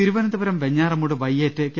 തിരുവനന്തപുരം വെഞ്ഞാറമൂട് വയ്യേറ്റ് കെ